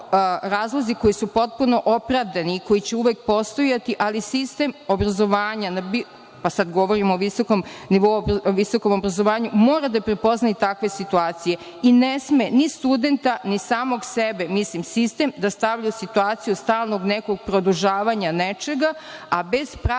koji su potpuno opravdani i koji će uvek postojati. Ali, sistem obrazovanja, sad govorim o visokom obrazovanju, mora da prepozna i takve situacije i ne sme ni studenta, a ni samog sebe, mislim na sistem, da stavlja u situaciju stalnog nekog produžavanja nečega, a bez prave